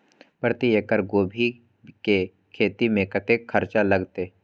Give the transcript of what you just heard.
प्रति एकड़ गोभी के खेत में कतेक खर्चा लगते?